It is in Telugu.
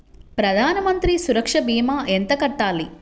ప్రధాన మంత్రి సురక్ష భీమా ఎంత కట్టాలి?